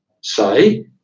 say